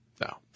No